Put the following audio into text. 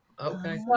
Okay